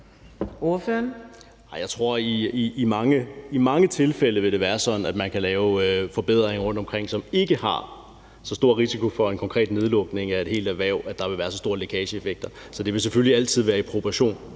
Jeg tror, at i mange tilfælde vil det være sådan, at man kan lave forbedringer rundtomkring, som ikke har så stor en risiko for en konkret nedlukning af et helt erhverv, at der vil være så store lækageeffekter. Så det vil selvfølgelig altid være proportionalt,